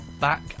back